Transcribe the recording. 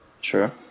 Sure